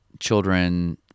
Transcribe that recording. Children